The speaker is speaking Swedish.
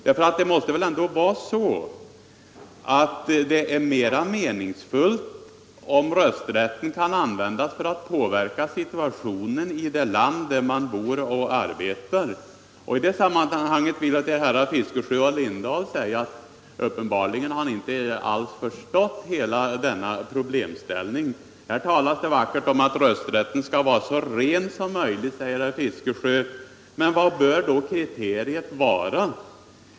Det måste väl ändå vara så att det är mera meningsfullt om rösträtten kan användas för att påverka situationen i det land där man bor och arbetar. Och i det sammanhanget vill jag till herrar Fiskesjö och Lindahl i Hamburgsund säga att uppenbarligen har ni inte alls förstått denna problemställning. Herr Fiskesjö säger att rösträtten skall vara så ren som möjligt. Men vad bör då kriteriet vara?